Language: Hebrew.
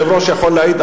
היושב-ראש יכול להעיד,